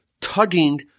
tugging